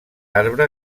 arbre